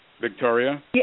Victoria